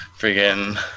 friggin